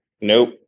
nope